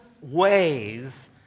ways